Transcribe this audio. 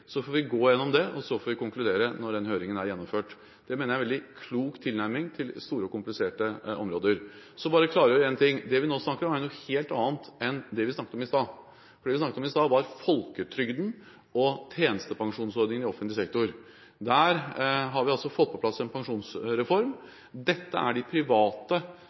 Så får vi gå igjennom det og konkludere når den høringen er gjennomført. Jeg mener det er en veldig klok tilnærming til store og kompliserte områder. Så vil jeg bare klargjøre én ting: Det vi nå snakker om, er noe helt annet enn det vi snakket om i stad, for det vi snakket om i stad, var folketrygden og tjenestepensjonsordningen i offentlig sektor. Der har vi fått på plass en pensjonsreform. Dette er de private